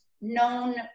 known